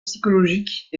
psychologique